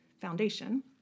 foundation